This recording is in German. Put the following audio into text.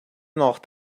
nach